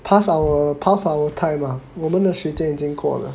past our past our time ah 我们的时间已经过了